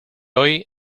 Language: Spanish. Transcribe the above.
hoy